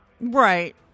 Right